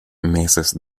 meses